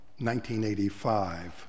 1985